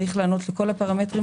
יש לענות לכולם.